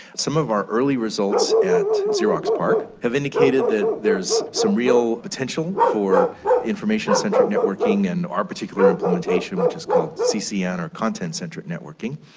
some of our early results at xerox parc have indicated that there is some real potential for information centric networking and our particular implementation which is called ccn or content centric networking,